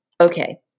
okay